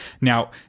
Now